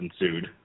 ensued